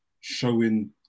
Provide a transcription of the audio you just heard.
showing